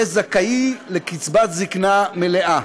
יהיה זכאי לקצבת זקנה מלאה,